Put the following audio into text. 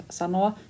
sanoa